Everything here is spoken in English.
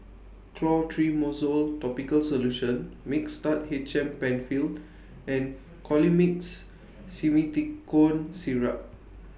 Clotrimozole Topical Solution Mixtard H M PenFill and Colimix Simethicone Syrup